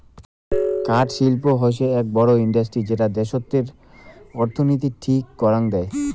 কাঠ শিল্প হৈসে আক বড় ইন্ডাস্ট্রি যেটা দ্যাশতের অর্থনীতির ঠিক করাং দেয়